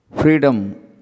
Freedom